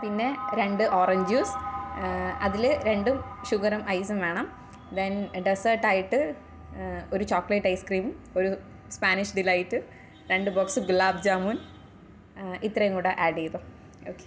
പിന്നെ രണ്ട് ഓറഞ്ചൂസ് അതില് രണ്ടും ഷുഗറും ഐസും വേണം ദെൻ ഡെസ്സേർട്ടായിട്ട് ഒര് ചോക്ലറ്റ് ഐസ്ക്രീമും ഒരു സ്പാനിഷ് ഡിലൈറ്റ് രണ്ട് ബോക്സ് ഗുലാബ് ജാമുൻ ഇത്രയും കൂടെ ആടെയ്തോ ഓകെ